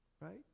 right